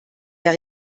der